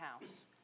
house